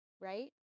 right